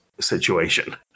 situation